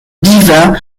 divin